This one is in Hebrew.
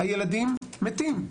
הילדים מתים.